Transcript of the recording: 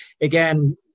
again